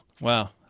Wow